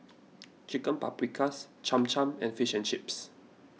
Chicken Paprikas Cham Cham and Fish and Chips